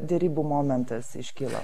derybų momentas iškyla